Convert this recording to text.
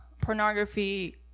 pornography